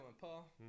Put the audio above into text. Paul